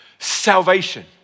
Salvation